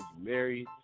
married